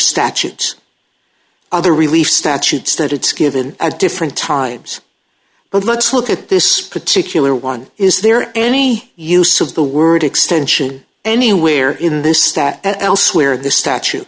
statutes other relief statutes that it's given at different times but let's look at this particular one is there any use of the word extension anywhere in this stat elsewhere in the statu